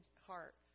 heart